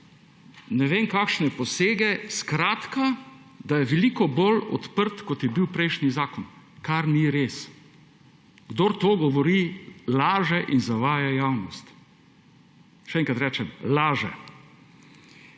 ne vem kakšne posege; skratka, da je veliko bolj odprt, kot je bil prejšnji zakon, kar ni res. Kdor to govori, laže in zavaja javnost. Še enkrat rečem: laže.